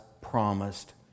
promised